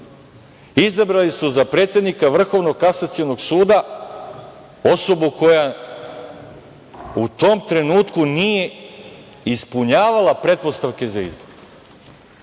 izabrali su za predsednika Vrhovnog kasacionog suda osobu koja u tom trenutku nije ispunjavala pretpostavke za izbor,